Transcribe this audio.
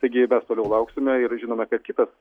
taigi mes toliau lauksime ir žinome kad kitas